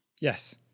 Yes